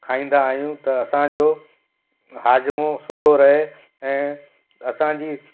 खाईंदा आहियूं त असांजो हाजमो सुठो रहे ऐं असांजी